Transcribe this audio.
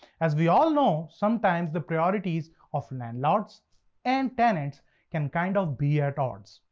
as we all know, sometimes the priorities of landlords and tenants can kind of be at odds.